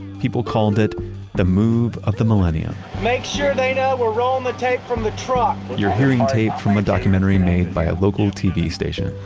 people called it the move of the millennium make sure they know we're rolling the tape from the truck. you're hearing tape from a documentary made by a local tv station.